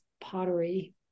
pottery